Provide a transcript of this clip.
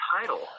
title